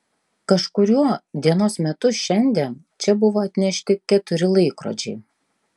kažkuriuo dienos metu šiandien čia buvo atnešti keturi laikrodžiai